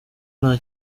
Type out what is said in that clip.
nta